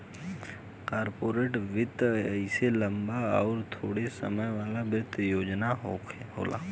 corporate वित्त अइसे लम्बा अउर थोड़े समय वाला वित्तीय योजना होला